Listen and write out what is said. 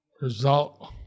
result